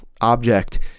object